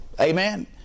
Amen